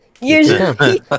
usually